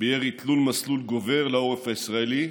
בירי תלול-מסלול גובר לעורף הישראלי.